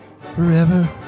forever